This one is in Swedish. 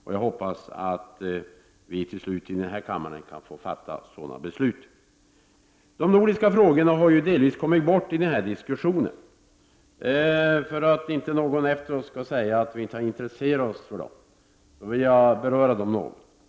Jag hoppas att vi till slut här i kammaren kan få fatta sådana beslut. De nordiska frågorna har delvis kommit bort i den här diskussionen. För att inte någon efteråt skall säga att vi inte intresserar oss för dem vill jag beröra dem något.